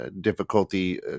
difficulty